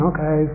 Okay